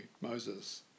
Moses